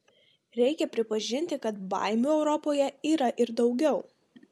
reikia pripažinti kad baimių europoje yra ir daugiau